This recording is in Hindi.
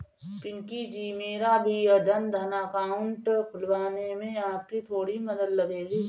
पिंकी जी मेरा भी जनधन अकाउंट खुलवाने में आपकी थोड़ी मदद लगेगी